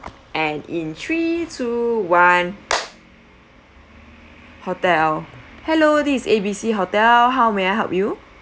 and in three two one hotel hello this A_B_C hotel how may I help you